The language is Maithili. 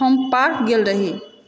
हम पार्क गेल रही